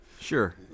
sure